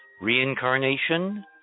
Reincarnation